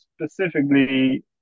specifically